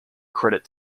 credit